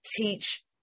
teach